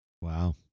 Wow